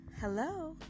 Hello